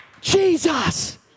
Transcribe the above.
Jesus